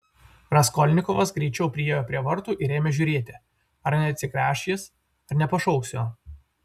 raskolnikovas greičiau priėjo prie vartų ir ėmė žiūrėti ar neatsigręš jis ar nepašauks jo